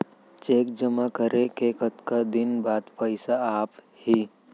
Cheque जेमा करे के कतका दिन बाद पइसा आप ही?